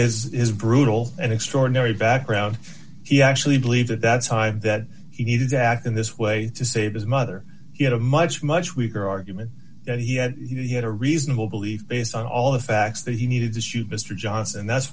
his brutal and extraordinary background he actually believed that that's five that he needed that in this way to save his mother he had a much much weaker argument that he had he had a reasonable belief based on all the facts that he needed to shoot mr johnson and that's